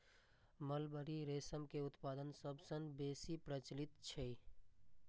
mulberry रेशम के उत्पादन सबसं बेसी प्रचलित छै